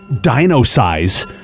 Dino-size